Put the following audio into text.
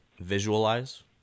visualize